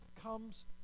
comes